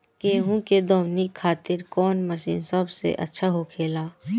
गेहु के दऊनी खातिर कौन मशीन सबसे अच्छा होखेला?